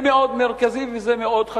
זה מאוד מרכזי ומאוד חשוב.